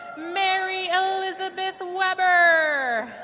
mary elizabeth weber